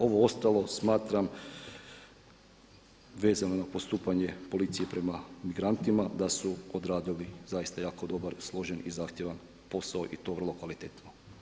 Ovo ostalo smatram vezano na postupanje policije prema migrantima, da su odradili zaista jedan jako dobar, složen i zahtjevan posao i to vrlo kvalitetno.